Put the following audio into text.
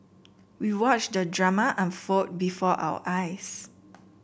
we watched the drama unfold before our eyes